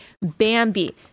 Bambi